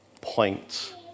point